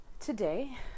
Today